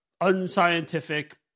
unscientific